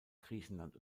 griechenland